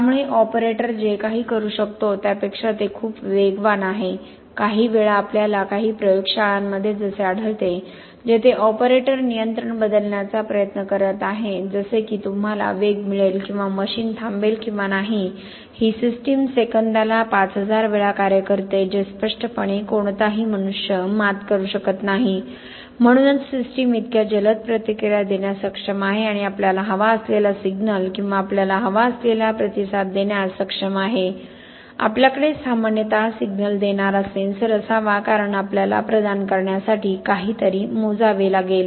त्यामुळे ऑपरेटर जे काही करू शकतो त्यापेक्षा ते खूप वेगवान आहे काहीवेळा आपल्याला काही प्रयोगशाळांमध्ये असे आढळते जेथे ऑपरेटर नियंत्रण बदलण्याचा प्रयत्न करत आहे जसे की तुम्हाला वेग मिळेल किंवा मशीन थांबेल किंवा नाही ही सिस्टम सेकंदाला 5000 वेळा कार्य करते जे स्पष्टपणे कोणताही मनुष्य मात करू शकत नाही म्हणूनच सिस्टम इतक्या जलद प्रतिक्रिया देण्यास सक्षम आहे आणि आपल्याला हवा असलेला सिग्नल किंवा आपल्याला हवा असलेला प्रतिसाद देण्यास सक्षम आहे आपल्याकडे सामान्यत सिग्नल देणारा सेन्सर असावा कारण आपल्याला प्रदान करण्यासाठी काहीतरी मोजावे लागेल